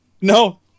No